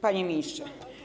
Panie Ministrze!